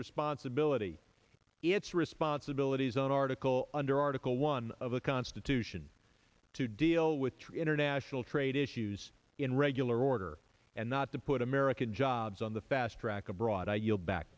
responsibility for its responsibilities on article under article one of the constitution to deal with international trade issues in regular order and not to put american jobs on the fast track abroad i yield back